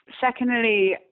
Secondly